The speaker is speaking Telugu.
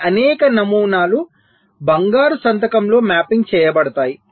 ఈ అనేక నమూనాలు బంగారు సంతకంలో మ్యాపింగ్ చేయబడతాయి